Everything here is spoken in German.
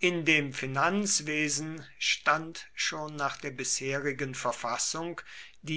in dem finanzwesen stand schon nach der bisherigen verfassung